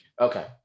Okay